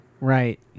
Right